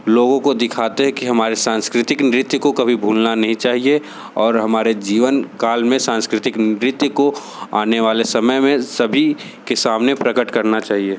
लोगों को दिखाते है की हमारे सांस्कृतिक नृत्य को कभी भूलना नहीं चाहिए और हमारे जीवन काल मे सांस्कृतिक नृत्य को आने वाले समय मे सभी के सामने प्रकट करना चाहिए